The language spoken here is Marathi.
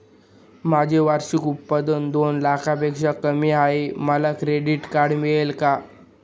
माझे वार्षिक उत्त्पन्न दोन लाखांपेक्षा कमी आहे, मला क्रेडिट कार्ड मिळेल का?